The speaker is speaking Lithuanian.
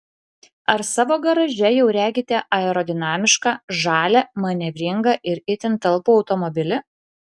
ar savo garaže jau regite aerodinamišką žalią manevringą ir itin talpų automobilį